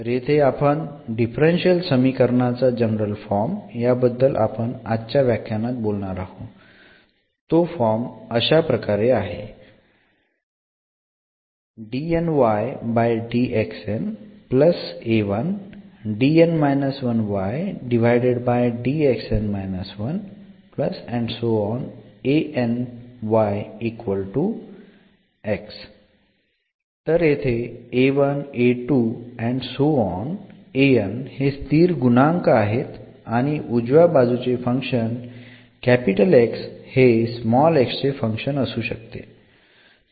तर येथे आपण डिफरन्शियल समीकरणाचा जनरल फॉर्म याबद्दल आपण आजच्या व्याख्यानात बोलणार आहोत तो फॉर्म अशाप्रकारे आहे तर येथे हे स्थिर गुणांक आहेत आणि उजव्या बाजूचे फंक्शन X हे x चे फंक्शन असू शकते